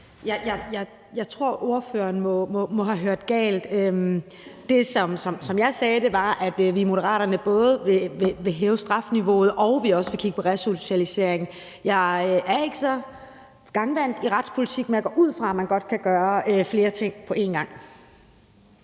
Jeg tror, fru Mai Mercado må have hørt galt. Det, som jeg sagde, var, at vi i Moderaterne både vil hæve strafniveauet, og at vi også vil kigge på resocialisering. Jeg er ikke så hjemmevant i retspolitik, men jeg går ud fra, at man godt kan gøre flere ting på en gang.